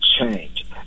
change